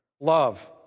love